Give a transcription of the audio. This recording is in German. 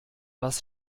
was